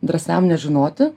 drąsiam nežinoti